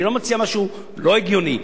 אני לא מציע משהו לא הגיוני.